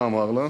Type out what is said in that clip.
מה אמר לה?